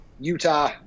Utah